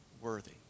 worthy